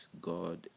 God